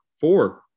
Four